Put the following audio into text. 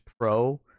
Pro